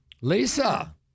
Lisa